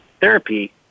therapy